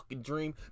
dream